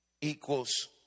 equals